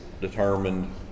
determined